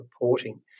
reporting